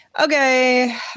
okay